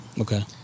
Okay